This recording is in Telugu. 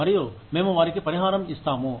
మరియు మేము వారికి పరిహారం ఇస్తాము